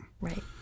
Right